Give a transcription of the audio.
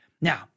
Now